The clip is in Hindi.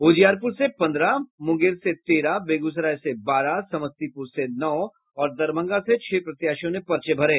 उजियारपुर से पन्द्रह मुंगेर से तेरह बेगूसराय से बारह समस्तीपुर से नौ और दरभंगा से छह प्रत्याशियों ने पर्चे भरे